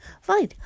fine